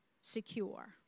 secure